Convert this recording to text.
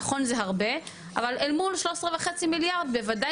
נכון זה הרבה אבל אל מול 13.5 מיליארד בוודאי